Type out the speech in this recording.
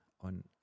on